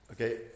okay